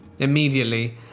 Immediately